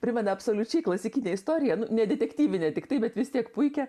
primena absoliučiai klasikinę istoriją nu ne detektyvinę tiktai bet vis tiek puikią